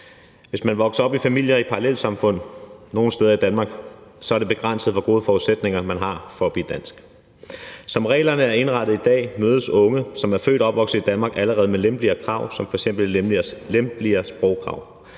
Hvis man vokser op i familier i parallelsamfund nogle steder i Danmark, er det begrænset, hvor gode forudsætninger man har for at blive dansk. Som reglerne er indrettet i dag, mødes unge, som er født og opvokset i Danmark, allerede med lempeligere krav som f.eks. lempeligere sprogkrav.